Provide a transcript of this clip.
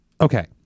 okay